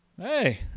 hey